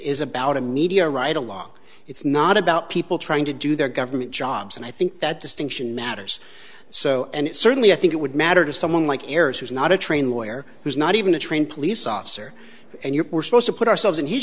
is about a media right along it's not about people trying to do their government jobs and i think that distinction matters so and certainly i think it would matter to someone like harris who's not a trained lawyer who's not even a trained police officer and you were supposed to put ourselves in his